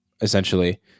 essentially